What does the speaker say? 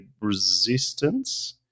Resistance